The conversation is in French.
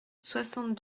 soixante